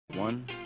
One